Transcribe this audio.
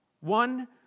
One